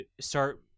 start